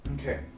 Okay